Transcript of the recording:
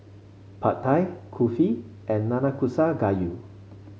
Pad Thai Kulfi and Nanakusa Gayu